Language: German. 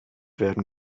werden